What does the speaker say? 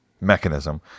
mechanism